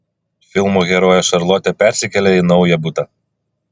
filmo herojė šarlotė persikelia į naują butą